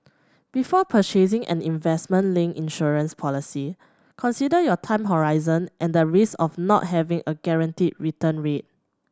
before purchasing an investment linked insurance policy consider your time horizon and the risks of not having a guaranteed return rate